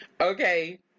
Okay